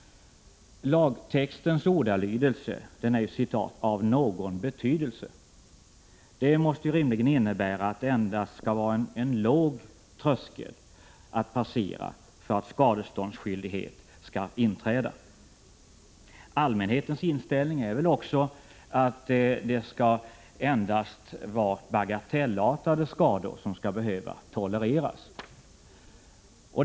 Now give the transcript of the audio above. Lagtextens ordalydelse ”av någon betydelse” innebär att det endast skall vara en låg tröskel att passera för att skadeståndsskyldighet skall inträda. Allmänhetens inställning är väl att det endast är bagatellartade skador som skall behöva tolereras.